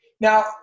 Now